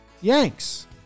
yanks